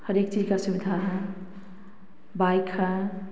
हर एक चीज का सुविधा है बाइक हैं